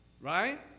right